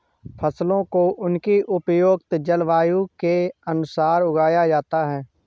फसलों को उनकी उपयुक्त जलवायु के अनुसार उगाया जाता है